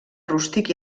rústic